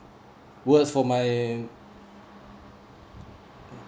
worth for my